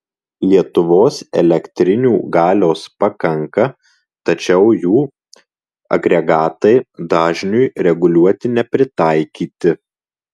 lietuvos elektrinių galios pakanka tačiau jų agregatai dažniui reguliuoti nepritaikyti